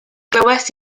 glywais